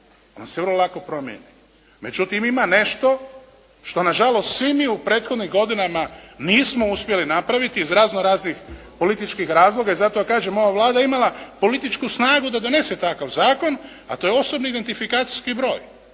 Ono se vrlo lako promijeni. Međutim ima nešto što nažalost svi mi u prethodnim godinama nismo uspjeli napraviti iz razno raznih političkih razloga i zato kažem ova Vlada je imala političku snagu da donese takav zakon a to je osobni identifikacijski broj.